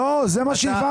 לא, זה מה שהבהרנו.